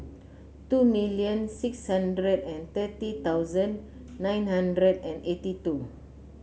two million six hundred and thirty thousand nine hundred and eighty two